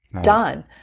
done